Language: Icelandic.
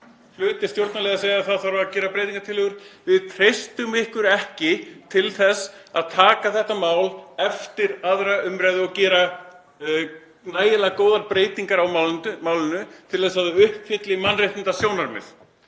Hluti stjórnarliða segir að það þurfi að gera breytingartillögur. Við treystum ykkur ekki til þess að taka þetta mál eftir 2. umr. og gera nægilega góðar breytingar á málinu til þess að það uppfylli mannréttindasjónarmið.